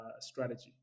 strategy